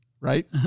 right